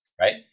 right